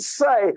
say